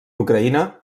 ucraïna